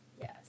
yes